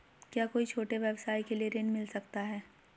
क्या कोई छोटे व्यवसाय के लिए ऋण मिल सकता है?